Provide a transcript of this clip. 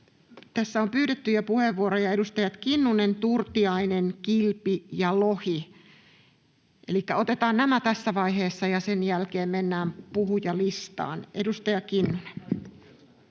Tässä on pyydettyjä puheenvuoroja edustajilta Kinnunen, Turtiainen, Kilpi ja Lohi. Elikkä otetaan nämä tässä vaiheessa ja sen jälkeen mennään puhujalistaan. — Edustaja Kinnunen.